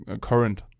current